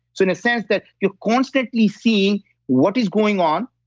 so in a sense that you're constantly seeing what is going on.